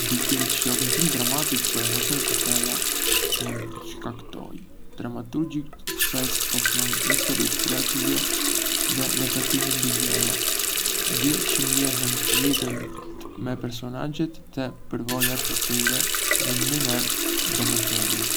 Më pëlqen të shoh një film dramatik për emocionet e thella çë mund të shkaktojë. Dramaturgjit shpesh ofrojnë histori prekëse dhe reflektime mbi gjella, gjë çë më lejon të lidhem me personazhet dhe përvojat e tyre në një mënyrë domethënëse.